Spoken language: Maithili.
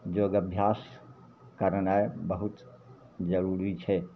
योग अभ्यास करनाइ बहुत जरुरी छै